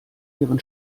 ihren